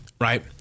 right